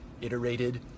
iterated